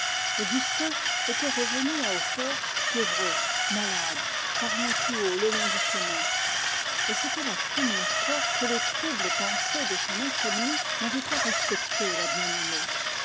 augustin était revenu à hautfort fiévreux malade parlant tout haut le long du chemin et c'était la première fois que les involontaires pensées de son insomnie n'avaient pas respecté la bien-aimée